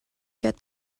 get